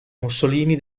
mussolini